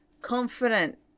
Confident